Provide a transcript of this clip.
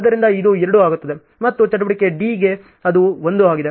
ಆದ್ದರಿಂದ ಇದು 2 ಆಗುತ್ತದೆ ಮತ್ತು ಚಟುವಟಿಕೆ D ಗೆ ಅದು 1 ಆಗಿದೆ